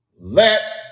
let